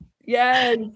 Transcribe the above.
Yes